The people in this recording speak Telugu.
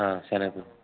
సరే